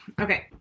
okay